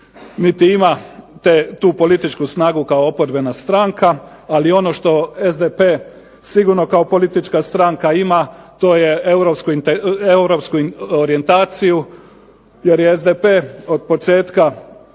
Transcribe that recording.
niti ima tu političku snagu kao oporbena stranka, ali ono što SDP sigurno kao politička stranka ima, to je europsku orijentaciju, jer je SDP od početka